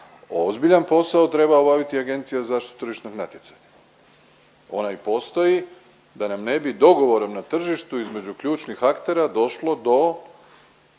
ozbiljan posao treba obaviti AZTN. Ona i postoji da nam ne bi dogovorom na tržištu između ključnih aktera došlo do